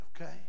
okay